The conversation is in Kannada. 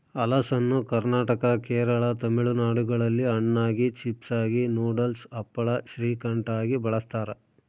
ಹಲಸನ್ನು ಕರ್ನಾಟಕ ಕೇರಳ ತಮಿಳುನಾಡುಗಳಲ್ಲಿ ಹಣ್ಣಾಗಿ, ಚಿಪ್ಸಾಗಿ, ನೂಡಲ್ಸ್, ಹಪ್ಪಳ, ಶ್ರೀಕಂಠ ಆಗಿ ಬಳಸ್ತಾರ